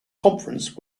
conference